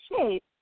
shape